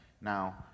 Now